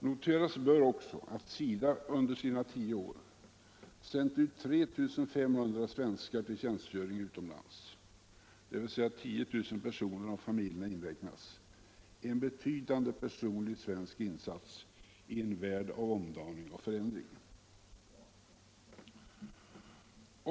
Noteras bör också att SIDA under sina tio år har sänt ut 3 500 svenskar till tjänstgöring utomlands, dvs. 10 000 personer om familjerna inräknas, en betydande personlig svensk insats i en värld av omdaning och förändring.